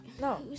No